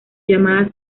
llamadas